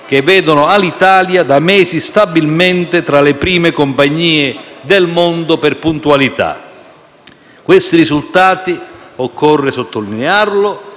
che vedono Alitalia da mesi stabilmente tra le prime compagnie del mondo per puntualità. Questi risultati - occorre sottolinearlo